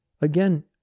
Again